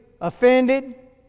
offended